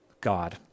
God